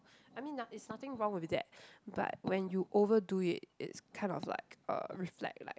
I mean na~ is nothing wrong with that but when you overdo it it's kind of like uh reflect like